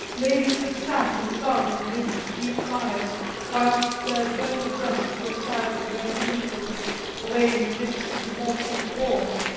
ladies had sat and sung and lived sweet lives whilst their gentle breasts were sad for their menfolk away in the midst of remorseless wars.